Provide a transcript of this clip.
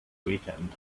weekend